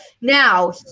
Now